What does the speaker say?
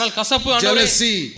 jealousy